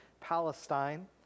Palestine